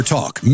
Talk